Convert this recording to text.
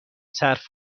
صرف